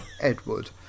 Edward